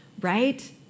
right